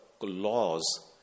laws